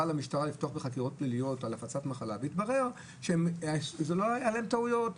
למשטרה לפתוח בחקירות פליליות על הפצת מחלה אבל התברר שאלה היו טעויות.